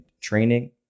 training